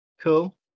Cool